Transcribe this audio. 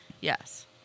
Yes